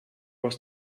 was